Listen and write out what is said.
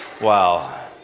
Wow